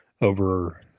over